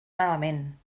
malament